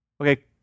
Okay